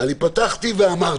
אני פתחתי ואמרתי: